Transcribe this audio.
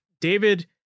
David